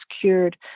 cured